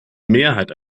mehrheit